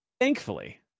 thankfully